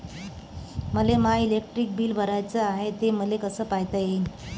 मले माय electric bill भराचं हाय, ते मले कस पायता येईन?